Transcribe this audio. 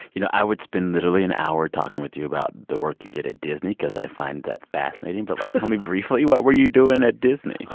you know, i would spend literally an hour talking with you about the work you did at disney cause i find that fascinating but, like, tell me briefly, what were you doing at disney?